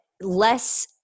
less